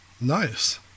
Nice